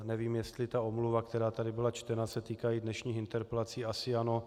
Nevím, jestli ta omluva, která tady byla čtena, se týká i dnešních interpelací, asi ano.